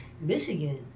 Michigan